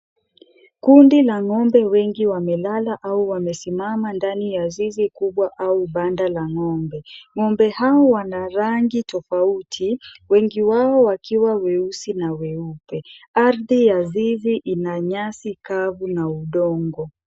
Kundi la ng'ombe wengi wamelala au wamesimama ndani ya zizi kubwa ama banda la ng'ombe.Ng'ombe hawa wana rangi tofauti, wengi wao wakiwa weusi na weupe. Ardhi ya zizi ina nyasi kavu na udongo.